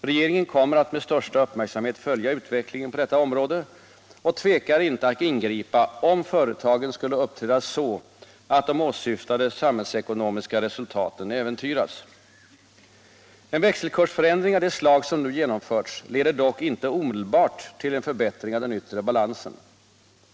Regeringen kommer att med största uppmärksamhet följa utvecklingen på detta område och tvekar inte att ingripa, om företagen skulle uppträda så, att de åsyftade samhällsekonomiska resultaten äventyras. En växelkursförändring av det slag som nu genomförts leder dock inte omedelbart till en förbättring av den yttre balansen.